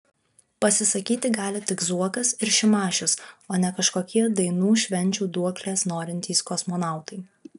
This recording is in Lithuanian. pasisakyti gali tik zuokas ir šimašius o ne kažkokie dainų švenčių duoklės norintys kosmonautai